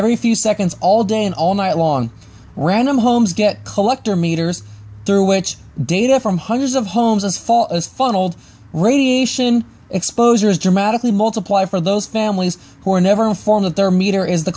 every few seconds all day and all night long random homes get collector meters there which data from hundreds of homes as far as funneled radiation exposure is dramatically multiply for those families who are never reform that their meter is the